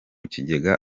kigega